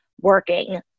working